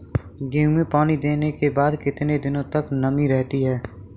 गेहूँ में पानी देने के बाद कितने दिनो तक नमी रहती है?